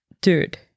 Dude